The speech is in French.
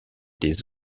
des